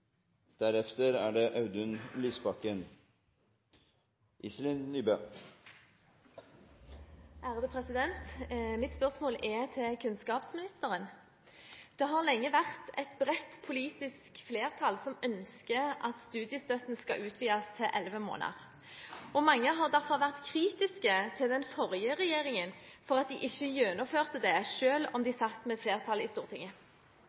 Mitt spørsmål er til kunnskapsministeren. Det har lenge vært et bredt politisk flertall som ønsker at studiestøtten skal utvides til elleve måneder, og mange har derfor vært kritiske til den forrige regjeringen fordi de ikke gjennomførte det, selv om de satt med et flertall i Stortinget.